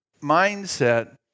mindset